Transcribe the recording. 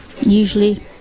usually